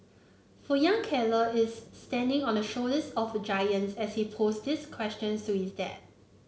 for young Keller is standing on the shoulders of giants as he pose these questions to his dad